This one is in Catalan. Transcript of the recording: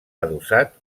adossat